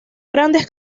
grandes